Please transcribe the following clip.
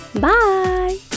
Bye